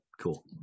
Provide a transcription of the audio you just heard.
cool